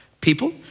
people